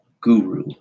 guru